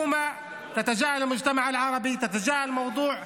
(אומר דברים בשפה הערבית, להלן תרגומם: